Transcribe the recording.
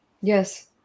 Yes